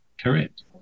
Correct